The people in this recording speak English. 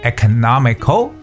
Economical